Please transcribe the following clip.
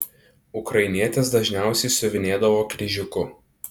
ukrainietės dažniausiai siuvinėdavo kryžiuku